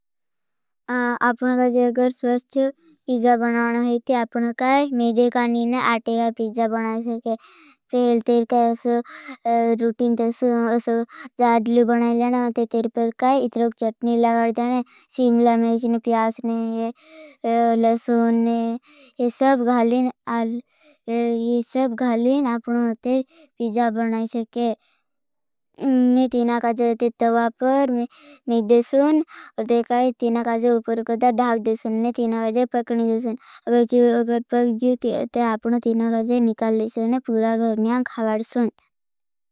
अपनों का जगर स्वस्ते पीजा बनावना है ती। आपनों काई मेधे कानी ने आटे का पीजा बनावना है। फेल तेर काई रूटिन तेर जाडलू बनावना है। तेर पर काई इतरोग चट्नी लगड़ देने। संगीथ यह सब घलें अपनों ओ ऐसे पीजा बना चाहिलिए। मेरे बाद लिए तिन तालेव। एभी नँपर डर्को उठीब कर उफंड केंड टाई ऒरसी बेगार पर देखतें। ऒसे काई तिन तालेव पर तमान रोटदेशें। अगर पड़ जू ते आपने तीना गाजे निकाल लेगे। और पूरा घहरने खावाड लेगे।